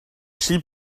sheep